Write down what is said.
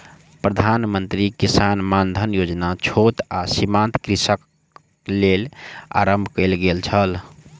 प्रधान मंत्री किसान मानधन योजना छोट आ सीमांत कृषकक लेल आरम्भ कयल गेल छल